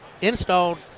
installed